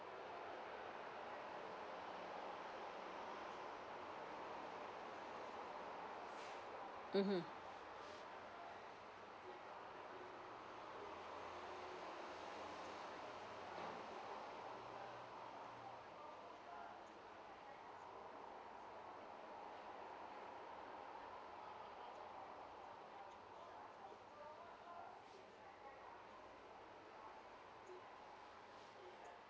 mmhmm